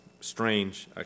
strange